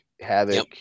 havoc